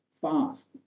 fast